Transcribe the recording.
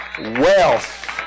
Wealth